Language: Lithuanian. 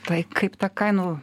tai kaip tą kainų